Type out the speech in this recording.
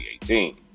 2018